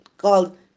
called